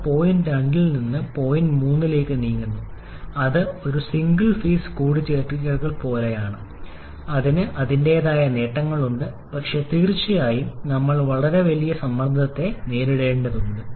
നമ്മൾ പോയിന്റ് 2 ൽ നിന്ന് പോയിന്റ് 3 ലേക്ക് നീങ്ങുന്നു അത് ഒരു സിംഗിൾ ഫേസ് ചൂട് കൂട്ടിച്ചേർക്കൽ പോലെയാണ് അത് അതിന്റേതായ ചില നേട്ടങ്ങളുണ്ട് പക്ഷേ തീർച്ചയായും നമ്മൾ വളരെ വലിയ സമ്മർദ്ദത്തെ നേരിടേണ്ടതുണ്ട്